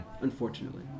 Unfortunately